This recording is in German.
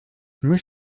muss